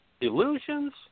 Illusions